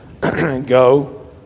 go